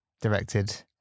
directed